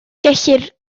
gellir